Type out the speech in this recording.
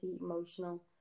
emotional